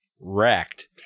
wrecked